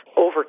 Over